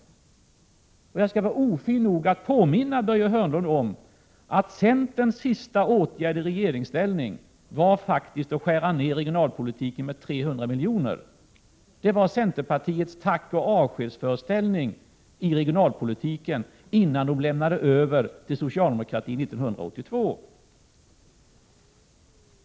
Jag skall också vara ofin nog att påminna Börje Hörnlund om att centerns sista åtgärd i regeringsställning faktiskt var att skära ned anslagen till regionalpolitiken med 300 milj.kr. Sådan var centerpartiets tack-ochavskeds-föreställning i regionalpolitiken, innan de lämnade över regeringsansvaret till socialdemokratin 1982.